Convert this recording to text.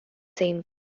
same